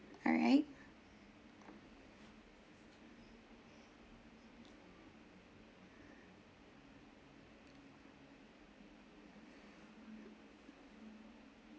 alright